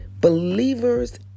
believers